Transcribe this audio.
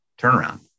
turnaround